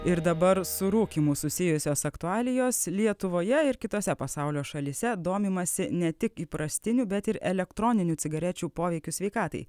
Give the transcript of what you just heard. ir dabar su rūkymu susijusios aktualijos lietuvoje ir kitose pasaulio šalyse domimasi ne tik įprastinių bet ir elektroninių cigarečių poveikis sveikatai